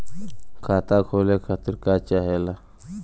खाता खोले खातीर का चाहे ला?